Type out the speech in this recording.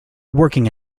working